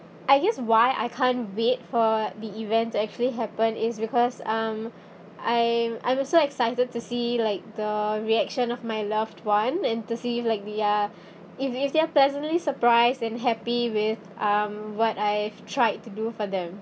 I guess why I can't wait for the events actually happen is because um I'm I'm so excited to see like the reaction of my loved one and to see like their if if they're pleasantly surprised and happy with um what I've tried to do for them